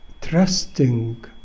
trusting